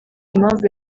impamvu